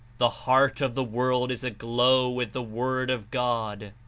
the heart of the world is aglow with the word of god.